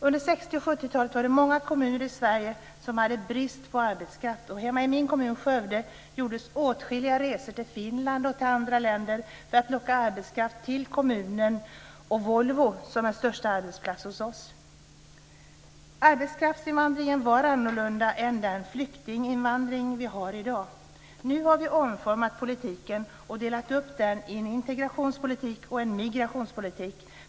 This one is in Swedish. Under 60 och 70-talen var det många kommuner i Sverige som hade brist på arbetskraft. Hemma i min kommun, Skövde, gjordes åtskilliga resor till Finland och andra länder för att locka arbetskraft till kommunen och Volvo, som är största arbetsplats hos oss. Arbetskraftsinvandringen var annorlunda än den flyktinginvandring vi har i dag. Nu har vi omformat politiken och delat upp den i en integrationspolitik och en migrationspolitik.